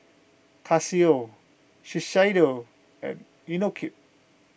Casio Shiseido and Inokim